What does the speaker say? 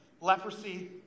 leprosy